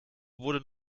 wurde